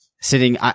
Sitting